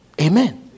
Amen